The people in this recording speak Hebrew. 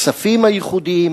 הכספים הייחודיים,